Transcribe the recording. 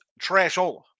trashola